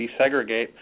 desegregate